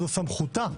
זו סמכותה.